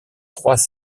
trois